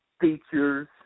features